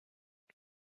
une